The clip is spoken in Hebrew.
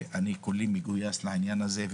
אני כולי מגויס לעניין הזה,